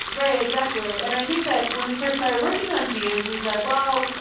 right. exactly. and i think that when we first started working on jeeves, we said, well,